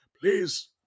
please